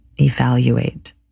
evaluate